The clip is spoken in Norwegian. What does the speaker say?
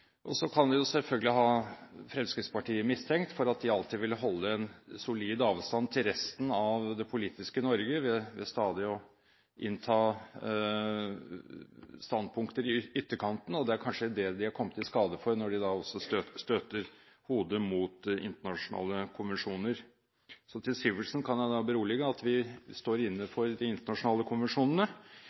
av. Så kan vi selvfølgelig ha Fremskrittspartiet mistenkt for alltid å ville holde en solid avstand til resten av det politiske Norge ved stadig å innta standpunkter i ytterkantene. Det er kanskje det de er kommet i skade for, når de også støter hodet mot internasjonale konvensjoner. Så representanten Sivertsen kan jeg berolige med at vi står inne for de internasjonale konvensjonene